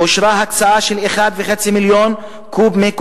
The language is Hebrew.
אושרה הצעה של 1.5 מיליון קוב מי